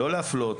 לא להפלות